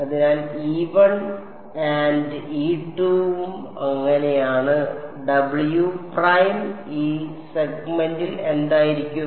അതിനാൽ and ഇതും അങ്ങനെയാണ് w പ്രൈം ഈ സെഗ്മെന്റിൽ എന്തായിരിക്കും